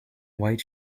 white